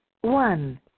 One